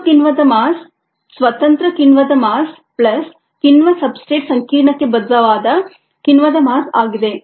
ಒಟ್ಟು ಕಿಣ್ವದ ಮಾಸ್ ಸ್ವತಂತ್ರ ಕಿಣ್ವದ ಮಾಸ್ ಪ್ಲಸ್ ಕಿಣ್ವ ಸಬ್ಸ್ಟ್ರೇಟ್ ಸಂಕೀರ್ಣಕ್ಕೆ ಬದ್ಧವಾದ ಕಿಣ್ವದ ಮಾಸ್ ಆಗಿದೆ